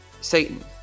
Satan